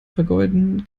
vergeuden